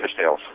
fishtails